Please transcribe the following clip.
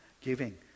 giving